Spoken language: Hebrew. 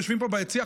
יושבים ביציע,